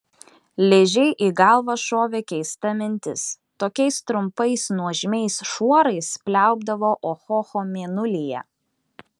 ližei į galvą šovė keista mintis tokiais trumpais nuožmiais šuorais pliaupdavo ohoho mėnulyje